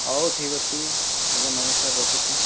ହଉ ଠିକ୍ ଅଛି ଆଜ୍ଞା ନମସ୍କାର ରଖୁଛି